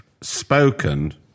spoken